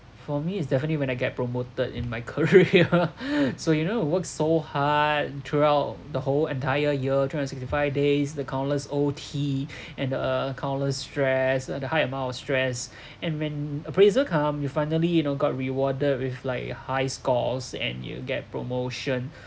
for me it's definitely when I get promoted in my career so you know you work so hard throughout the whole entire year three hundred sixty five days the countless O_T and the countless stress and the high amount of stress and when appraisal come you finally you know got rewarded with like high scores and you get promotion